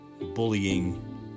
bullying